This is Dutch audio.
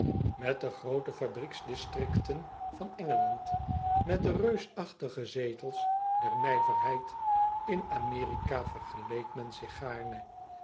et de groote fabriekdistricten van ngeland met de reusachtige zetels der nijverheid in merika vergeleek men zich